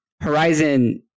Horizon